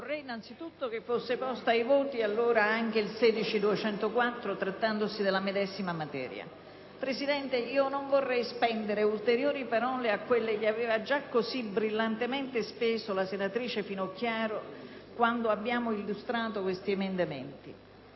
innanzitutto vorrei che fosse posto ai voti anche l'emendamento 16.204, trattandosi della medesima materia. Presidente, non vorrei aggiungere ulteriori parole a quelle che aveva già così brillantemente speso la senatrice Finocchiaro quando abbiamo illustrato questi emendamenti.